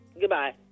goodbye